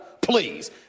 Please